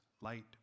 light